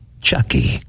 Chucky